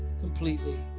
completely